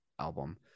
album